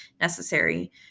necessary